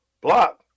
block